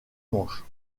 manches